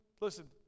Listen